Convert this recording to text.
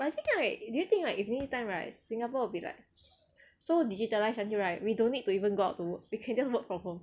but do you think like do you think like if next time right singapore will be like so digitalise until right we don't need to even go out to work we can just work from home